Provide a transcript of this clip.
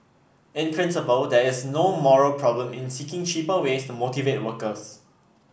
in principle there is no moral problem in seeking cheaper ways to motivate workers